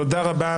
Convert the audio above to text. תודה רבה.